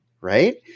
right